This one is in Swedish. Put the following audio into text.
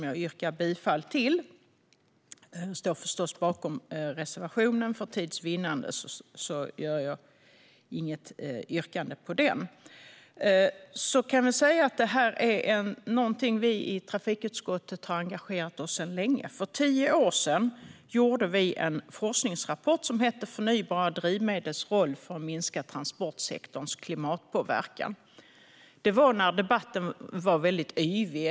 Jag yrkar bifall till utskottets förslag. Jag står förstås bakom reservationen, men för tids vinnande gör jag inget yrkande på den. Detta är något som vi i trafikutskottet har engagerat oss i sedan länge. För tio år sedan gjorde vi en forskningsrapport som hette Förnybara drivmedels roll för att minska transportsektorns klimatpåverkan . Det var när debatten var väldigt yvig.